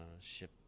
ship